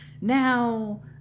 now